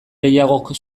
gehiagok